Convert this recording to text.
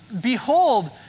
Behold